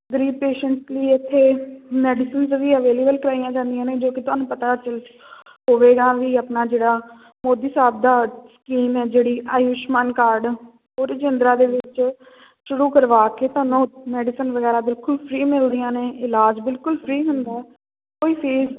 ਗਰੀਬ ਪੇਸ਼ੈਂਟਸ ਲਈ ਇੱਥੇ ਮੈਡੀਸਨਜ਼ ਵੀ ਅਵੇਲੇਬਲ ਕਰਵਾਈਆਂ ਜਾਂਦੀਆਂ ਨੇ ਜੋ ਕਿ ਤੁਹਾਨੂੰ ਪਤਾ ਹੋਵੇਗਾ ਵੀ ਆਪਣਾ ਜਿਹੜਾ ਮੋਦੀ ਸਾਹਿਬ ਦਾ ਸਕੀਮ ਏ ਜਿਹੜੀ ਆਯੁਸ਼ਮਾਨ ਕਾਰਡ ਉਹ ਰਾਜਿੰਦਰਾ ਦੇ ਵਿੱਚ ਸ਼ੁਰੂ ਕਰਵਾ ਕੇ ਤੁਹਾਨੂੰ ਮੈਡੀਸਨ ਵਗੈਰਾ ਬਿਲਕੁਲ ਫਰੀ ਮਿਲਦੀਆਂ ਨੇ ਇਲਾਜ ਬਿਲਕੁਲ ਫਰੀ ਹੁੰਦਾ ਕੋਈ ਫੀਸ